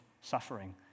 suffering